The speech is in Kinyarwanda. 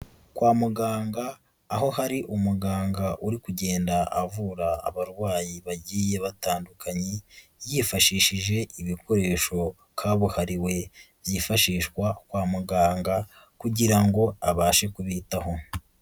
kwa muganga, aho hari umuganga uri kugenda avura abarwayi bagiye batandukanye, yifashishije ibikoresho kabuhariwe, byifashishwa kwa muganga kugira ngo abashe kubitaho.